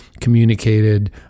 communicated